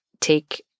take